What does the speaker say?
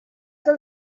del